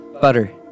butter